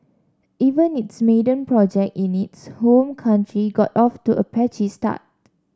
even its maiden project in its home country got off to a patchy start